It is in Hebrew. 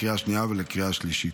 לקריאה שנייה ולקריאה שלישית.